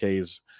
Ks